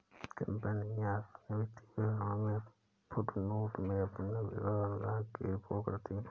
कंपनियां अपने वित्तीय विवरणों में फुटनोट में अपने विकल्प अनुदान की रिपोर्ट करती हैं